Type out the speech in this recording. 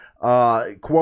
Quote